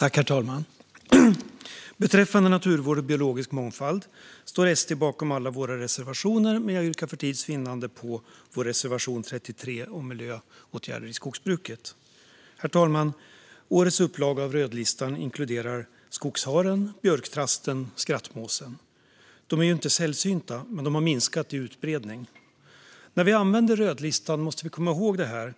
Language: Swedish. Herr talman! Beträffande naturvård och biologisk mångfald står vi sverigedemokrater bakom alla våra reservationer, men för tids vinnande yrkar jag bifall endast till vår reservation 33 om miljöåtgärder i skogsbruket. Herr talman! Årets upplaga av rödlistan inkluderar skogsharen, björktrasten och skrattmåsen. De är inte sällsynta, men de har minskat i utbredning. När vi använder rödlistan måste vi i våra